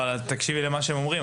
אין בעיה אבל תקשיבי למה שהם אומרים.